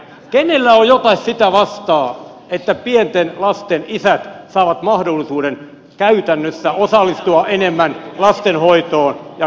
kenellä on jotain sitä vastaan että pienten lasten isät saavat mahdollisuuden käytännössä osallistua enemmän lastenhoitoon ja kasvatukseen